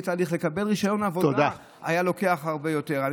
ותהליך לקבל רישיון עבודה היה לוקח הרבה יותר זמן.